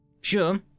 Sure